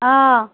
অঁ